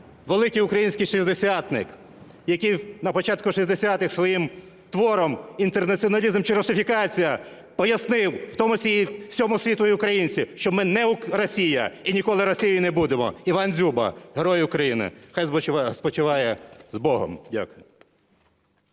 великий український шестидесятник, який на початку 60-х своїм твором "Інтернаціоналізм чи русифікація?", пояснив в тому числі всьому світу, що ми українцям, що ми не Росія і ніколи Росією не будемо, – Іван Дзюба, Герой України. Хай спочиває з Богом. Дякую.